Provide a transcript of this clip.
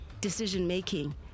decision-making